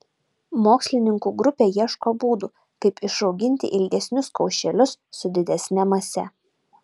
mokslininkų grupė ieško būdų kaip išauginti ilgesnius kaušelius su didesne mase